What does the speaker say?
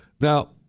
Now